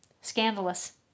Scandalous